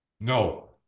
No